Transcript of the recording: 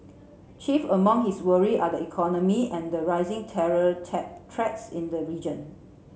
chief among his worry are the economy and the rising terror in the region